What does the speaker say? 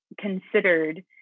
considered